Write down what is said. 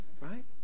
Right